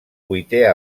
vuitè